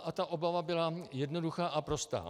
A ta obava byla jednoduchá a prostá.